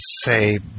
say